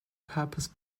purpose